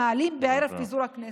שמעלים בערב פיזור הכנסת.